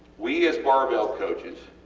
we as barbell coaches